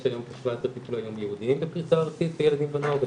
יש היום כ-17 טיפולי יום ייעודיים בפריסה ארצית לילדים ונוער.